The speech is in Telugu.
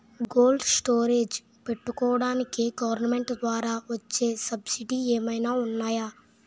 కోల్డ్ స్టోరేజ్ పెట్టుకోడానికి గవర్నమెంట్ ద్వారా వచ్చే సబ్సిడీ ఏమైనా ఉన్నాయా?